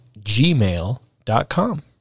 gmail.com